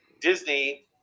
Disney